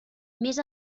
més